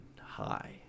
high